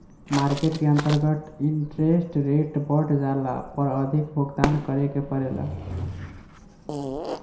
market के अंतर्गत interest rate बढ़ जाला पर अधिक भुगतान करे के पड़ेला